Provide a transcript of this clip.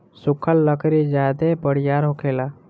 सुखल लकड़ी ज्यादे बरियार होखेला